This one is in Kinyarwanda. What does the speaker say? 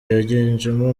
yiganjemo